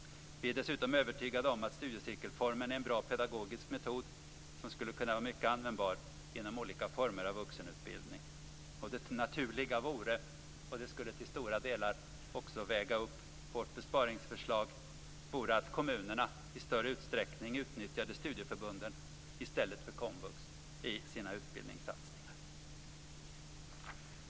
Vi är dessutom övertygade om att studiecirkelformen är en bra pedagogisk metod som skulle kunna vara mycket användbar inom olika former av vuxenutbildning. Det naturliga vore - och det skulle också till stora delar väga upp vårt besparingsförslag - att kommunerna i större utsträckning utnyttjade studieförbunden i stället för komvux i sina utbildningssatsningar.